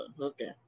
Okay